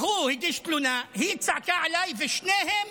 ההוא הגיש תלונה, היא צעקה עליי, ושניהם